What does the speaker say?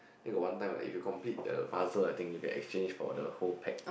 then got one time right if you complete the puzzle I think you can exchange for the whole pack